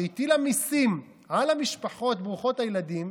שהטילה מיסים על המשפחות ברוכות הילדים,